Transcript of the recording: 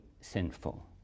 sinful